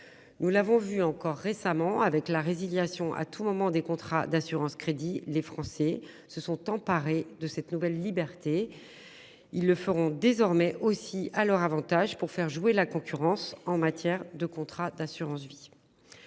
Nous l'avons vu encore récemment avec la résiliation à tout moment des contrats d'assurance-crédit. Les Français se sont emparés de cette nouvelle liberté. Ils le feront désormais aussi à leur Avantage pour faire jouer la concurrence en matière de contrats d'assurance-vie.